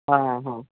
हँ हँ